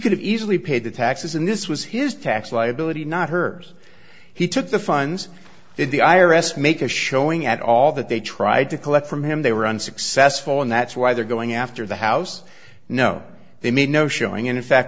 could have easily paid the taxes and this was his tax liability not herb's he took the funds if the i r s make a showing at all that they tried to collect from him they were unsuccessful and that's why they're going after the house no they made no showing in fact